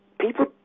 people